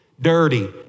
Dirty